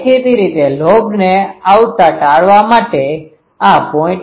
દેખીતી રીતે લોબને આવતા ટાળવા માટે આ 0